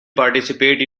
participate